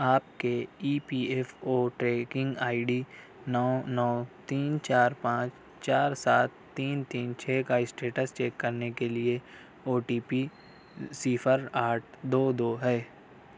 آپ کے E P F O tracking I D نو نو تین چار پانچ چار سات تین تین چھ کا اسٹیٹس چیک کرنے کے لیے او ٹی پی صفر آٹھ دو دو ہے